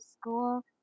school